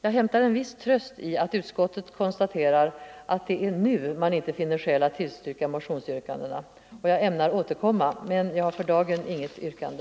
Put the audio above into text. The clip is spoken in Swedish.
Jag hämtar en viss tröst i utskottets konstaterande att det är nu man inte finner skäl att tillstyrka motionsyrkandena. Jag ämnar återkomma, men jag har för dagen inget yrkande.